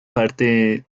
parte